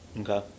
Okay